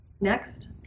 Next